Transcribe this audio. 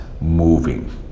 moving